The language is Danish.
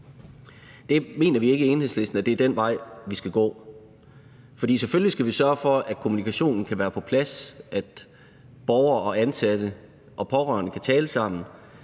Det mener vi ikke i Enhedslisten er den vej, vi skal gå. For selvfølgelig skal vi sørge for, at kommunikationen skal være på plads; at borgere og ansatte og pårørende kan tale sammen.